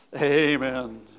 Amen